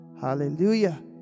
Hallelujah